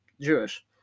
Jewish